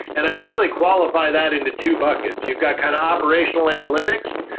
and i would really qualify that into two buckets. you've got kind of operational analytics,